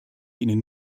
ihnen